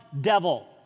devil